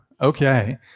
Okay